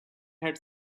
had